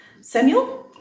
Samuel